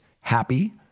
happy